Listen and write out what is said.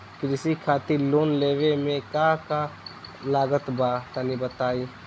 कृषि खातिर लोन लेवे मे का का लागत बा तनि बताईं?